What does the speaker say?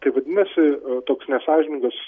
tai vadinasi toks nesąžiningas